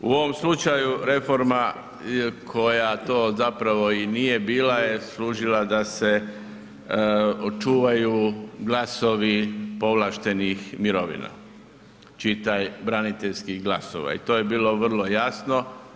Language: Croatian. U ovom slučaju reforma koja to zapravo i nije bila je služila da se očuvaju glasovi povlaštenih mirovina, čitaj braniteljskih glasova i to je bilo vrlo jasno.